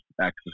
access